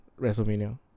WrestleMania